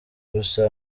ubusa